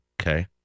okay